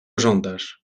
żądasz